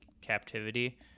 Captivity